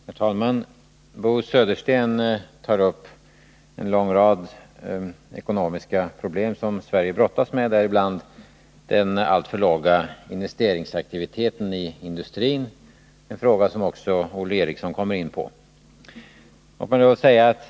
Herr talman! Bo Södersten tar upp en lång rad ekonomiska problem som Sverige brottas med, däribland den alltför låga investeringsverksamheten i industrin — en fråga som också Olle Eriksson kommer in på.